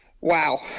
Wow